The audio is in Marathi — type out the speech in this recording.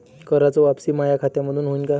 कराच वापसी माया खात्यामंधून होईन का?